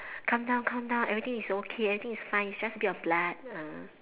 calm down calm down everything is okay everything is fine it's just a little bit of blood